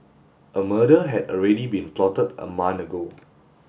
a murder had already been plotted a month ago